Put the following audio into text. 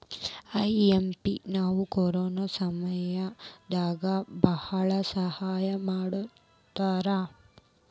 IMF ನವ್ರು corona ಸಮಯ ದಾಗ ಭಾಳ ಸಹಾಯ ಮಾಡ್ಯಾರ